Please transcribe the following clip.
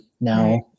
now